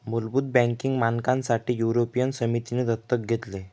मुलभूत बँकिंग मानकांसाठी युरोपियन समितीने दत्तक घेतले